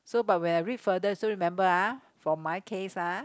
so but when I read further so remember ah for my case ah